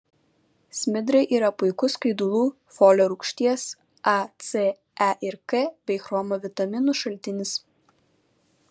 smidrai yra puikus skaidulų folio rūgšties a c e ir k bei chromo vitaminų šaltinis